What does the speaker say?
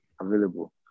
available